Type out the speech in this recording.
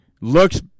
looks